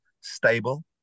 stable